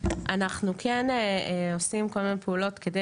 אנחנו כן עושים כל מיני פעולות כדי